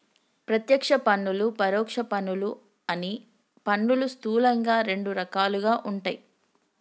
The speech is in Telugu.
ప్రత్యక్ష పన్నులు, పరోక్ష పన్నులు అని పన్నులు స్థూలంగా రెండు రకాలుగా ఉంటయ్